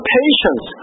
patience